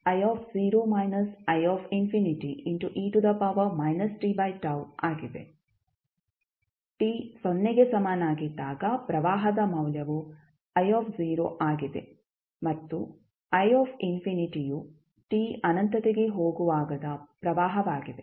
t ಸೊನ್ನೆಗೆ ಸಮನಾಗಿದ್ದಾಗ ಪ್ರವಾಹದ ಮೌಲ್ಯವು ಆಗಿದೆ ಮತ್ತು ಯು t ಅನಂತತೆಗೆ ಹೋಗುವಾಗದ ಪ್ರವಾಹವಾಗಿದೆ